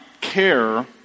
care